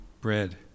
bread